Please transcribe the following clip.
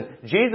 Jesus